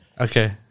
Okay